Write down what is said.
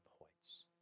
points